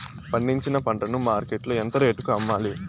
పండించిన పంట ను మార్కెట్ లో ఎంత రేటుకి అమ్మాలి?